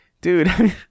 dude